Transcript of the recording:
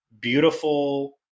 beautiful